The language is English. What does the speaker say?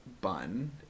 bun